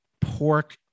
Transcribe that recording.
pork